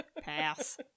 Pass